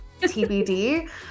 TBD